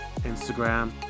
Instagram